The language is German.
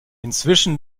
inzwischen